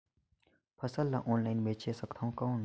फसल ला ऑनलाइन बेचे सकथव कौन?